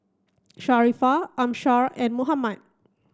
Sharifah Amsyar and Muhammad